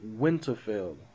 Winterfell